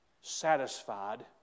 satisfied